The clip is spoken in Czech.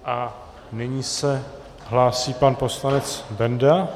A nyní se hlásí pan poslanec Benda.